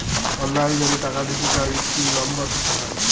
অললাইল যদি টাকা দিতে চায় ইক পিল লম্বর দিতে হ্যয়